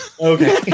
Okay